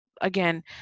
again